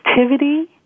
activity